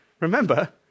Remember